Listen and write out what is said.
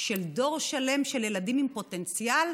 של דור שלם של ילדים עם פוטנציאל